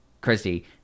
Christy